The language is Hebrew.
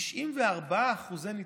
94% ניצול.